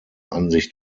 ansicht